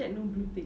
wechat no blue tick